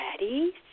ready